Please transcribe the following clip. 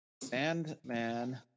Sandman